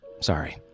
Sorry